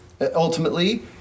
ultimately